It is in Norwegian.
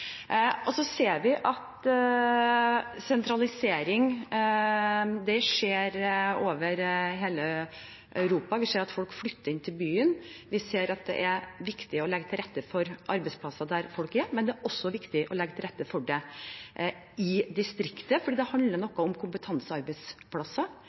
ser også at sentralisering skjer over hele Europa. Vi ser at folk flytter inn til byene. Vi ser at det er viktig å legge til rette for arbeidsplasser der folk er, men det er også viktig å legge til rette for det i distriktet, fordi det handler